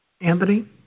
Anthony